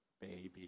baby